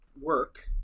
work